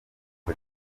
uko